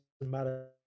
Matter